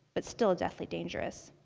but still deathly dangerous.